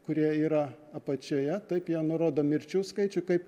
kurie yra apačioje taip jie nurodo mirčių skaičių kaip